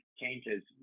changes